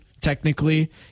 technically